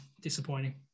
disappointing